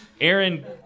Aaron